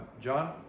John